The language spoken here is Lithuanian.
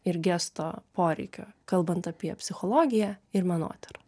ir gesto poreikio kalbant apie psichologiją ir menotyrą